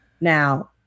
Now